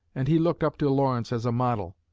and he looked up to lawrence as a model.